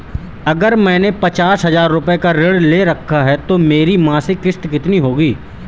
अगर मैंने पचास हज़ार रूपये का ऋण ले रखा है तो मेरी मासिक किश्त कितनी होगी?